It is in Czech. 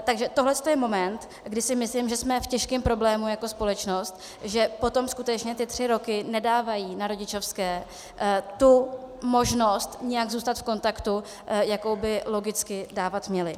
Takže tohle je moment, kdy si myslím, že jsme v těžkém problému jako společnost, že potom skutečně ty tři roky nedávají na rodičovské možnost nějak zůstat v kontaktu, jakou by logicky dávat měly.